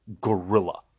gorilla